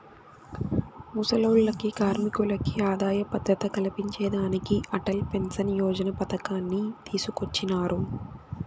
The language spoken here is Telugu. ముసలోల్లకి, కార్మికులకి ఆదాయ భద్రత కల్పించేదానికి అటల్ పెన్సన్ యోజన పతకాన్ని తీసుకొచ్చినారు